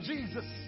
Jesus